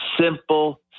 simple